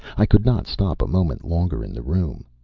i could not stop a moment longer in the room.